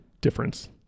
difference